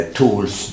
tools